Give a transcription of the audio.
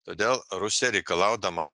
todėl rusija reikalaudama